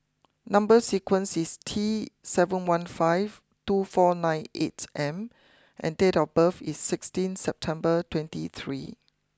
number sequence is T seven one five two four nine eight M and date of birth is sixteen September twenty three